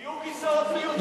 יהיו כיסאות מיותרים.